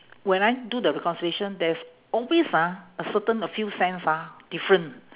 when I do the reconciliation there's always ah a certain a few cents ah different